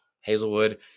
Hazelwood